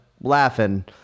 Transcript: laughing